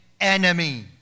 enemy